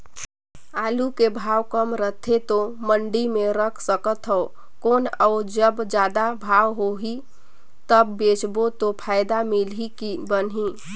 आलू के भाव कम रथे तो मंडी मे रख सकथव कौन अउ जब जादा भाव होही तब बेचबो तो फायदा मिलही की बनही?